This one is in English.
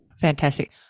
Fantastic